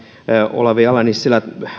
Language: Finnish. olavi ala nissilä